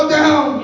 down